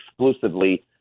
exclusively